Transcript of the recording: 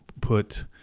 put